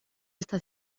está